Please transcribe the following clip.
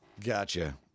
Gotcha